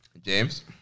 James